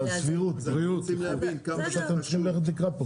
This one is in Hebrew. זה לא סביר ופה אתם צריכים ללכת לקראת,